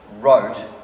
wrote